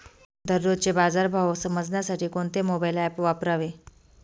दररोजचे बाजार भाव समजण्यासाठी कोणते मोबाईल ॲप वापरावे?